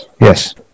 Yes